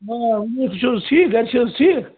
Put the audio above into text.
آ تُہۍ چھُو حظ ٹھیٖک گَرِ چھِ حظ ٹھیٖک